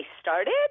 started